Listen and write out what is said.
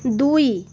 ଦୁଇ